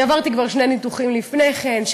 כי עברתי כבר שני ניתוחים לפני כן,